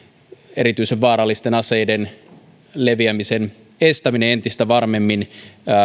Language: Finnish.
erityisen vaarallisten aseiden leviämisen estäminen entistä varmemmin